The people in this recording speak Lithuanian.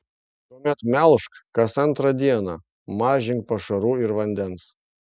tuomet melžk kas antrą dieną mažink pašarų ir vandens